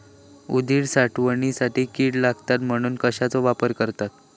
उडीद साठवणीत कीड लागात म्हणून कश्याचो वापर करतत?